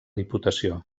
diputació